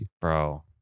bro